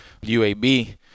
UAB